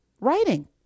writing